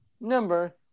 number